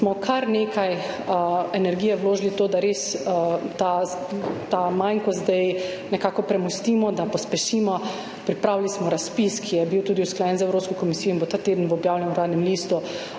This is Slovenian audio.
smo kar nekaj energije vložili v to, da ta manko zdaj nekako premostimo, da pospešimo. Pripravili smo razpis, ki je bil tudi usklajen z Evropsko komisijo in bo ta teden objavljen v Uradnem listu.